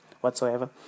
whatsoever